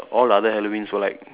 all other Halloweens were like